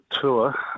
tour